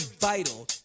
vital